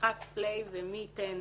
ילחץ "פליי", ומי ייתן